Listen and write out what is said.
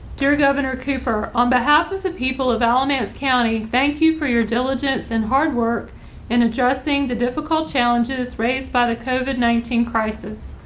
dear governor cooper on behalf of the people of alamance county, thank you for your diligence and hard work and addressing the difficult challenges raised by the covid nineteen crisis.